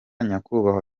nyakubahwa